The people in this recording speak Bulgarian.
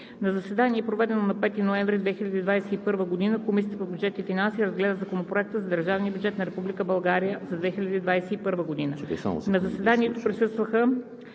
На заседанието присъстваха: